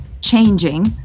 changing